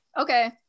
okay